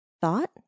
thought